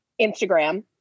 Instagram